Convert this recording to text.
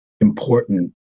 important